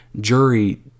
jury